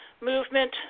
movement